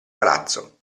palazzo